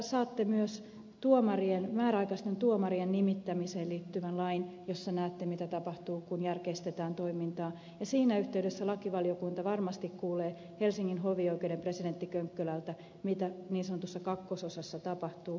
saatte myös määräaikaisten tuomarien nimittämiseen liittyvän lain jossa näette mitä tapahtuu kun järkeistetään toimintaa ja siinä yhteydessä lakivaliokunta varmasti kuulee helsingin hovioikeuden presidentti könkkölältä mitä niin sanotussa kakkososassa tapahtuu